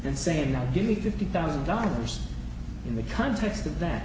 and saying that give me fifty thousand dollars in the context of that